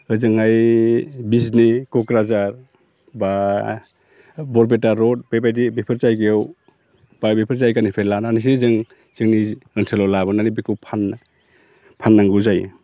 ओजोंहाय बिजनि क'क्राझार बा बरपेटा र'ड बेबायदि बेफोर जायगायाव बा बेफोर जायगानिफ्राय लानानैसो जों जोंनि ओनसोलाव लाबोनानै बेखौ फाननांगौ जायो